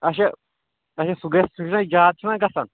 اچھا اچھا سُہ گژھِ سُہ چھُنہ زیادٕ چھُنہ گژھان